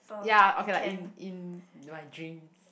ya okay lah in in my dreams